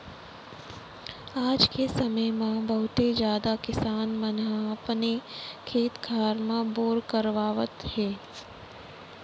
आज के समे म बहुते जादा किसान मन ह अपने खेत खार म बोर करवावत हे